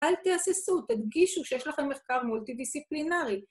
אל תהססו, תדגישו שיש לכם מחקר מולטי-דיסציפלינרי.